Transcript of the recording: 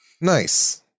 Nice